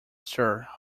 sir